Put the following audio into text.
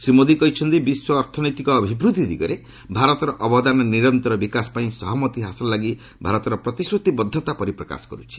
ଶ୍ରୀ ମୋଦି କହିଛନ୍ତି ବିଶ୍ୱ ଅର୍ଥନୈତିକ ଅଭିବୃଦ୍ଧି ଦିଗରେ ଭାରତର ଅବଦାନ ନିରନ୍ତର ବିକାଶ ପାଇଁ ସହମତି ହାସଲ ଲାଗି ଭାରତର ପ୍ରତିଶ୍ରତିବଦ୍ଧତା ପରିପ୍ରକାଶ କରୂଛି